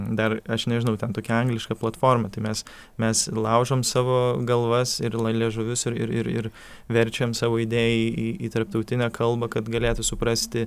dar aš nežinau ten tokia angliška platforma tai mes mes laužom savo galvas ir la liežuvius ir ir ir ir verčiam savo idėją į į tarptautinę kalbą kad galėtų suprasti